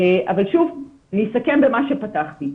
אסכם במה שפתחתי.